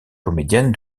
comédienne